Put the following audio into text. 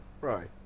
right